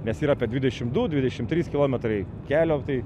nes yra apie dvidešim du dvidešim trys kilometrai kelio tai